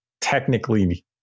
technically